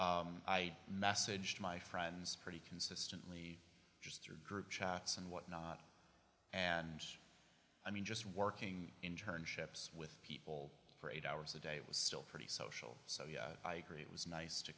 i messaged my friends pretty consistently just through group chats and whatnot and i mean just working in turn ships with people for eight hours a day was still pretty social so yeah i agree it was nice to